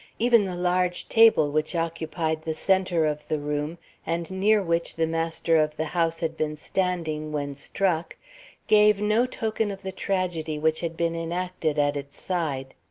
even the large table which occupied the centre of the room and near which the master of the house had been standing when struck gave no token of the tragedy which had been enacted at its side.